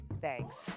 thanks